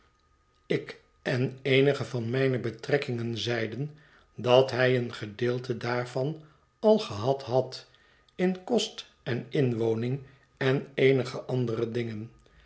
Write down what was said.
ik en eenige van mijne betrekkingen zeiden dat hij een gedeelte daarvan al gehad had in kost en inwoning en eenige andere dingen